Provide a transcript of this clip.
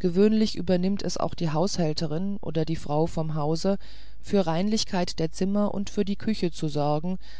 gewöhnlich übernimmt es auch die haushälterin oder die frau vom hause für reinlichkeit der zimmer und für die küche zu sorgen